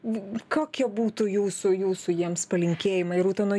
kokie būtų jūsų jūsų jiems palinkėjimai rūtą nuo